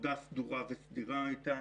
עבודה סדורה וסדירה אתם.